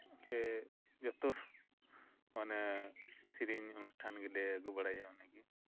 ᱛᱮ ᱡᱷᱚᱛᱚ ᱢᱟᱱᱮ ᱥᱮᱨᱮᱧ ᱚᱱᱩᱥᱴᱷᱟᱱ ᱨᱮᱜᱮᱞᱮ ᱟᱹᱜᱩ ᱵᱟᱲᱟᱭᱮᱭᱟ ᱩᱱᱤᱜᱮ